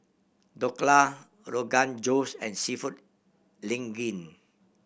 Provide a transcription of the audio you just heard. Dhokla Rogan Josh and Seafood Linguine